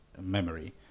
memory